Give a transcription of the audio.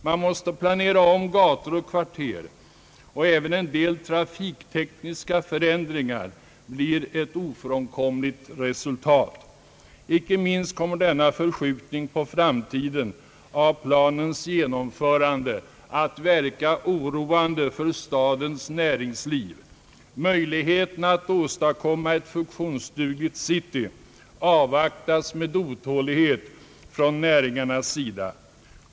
Man måste planera om gator och kvarter, och även en del trafiktekniska förändringar blir ett ofrånkomligt resultat. Inte minst kommer denna förskjutning på framtiden av planens genomförande att verka oroande för stadens näringsliv. Möjligheten att åstadkomma ett funktionsdugligt city avvaktas med otålighet från näringarnas sida.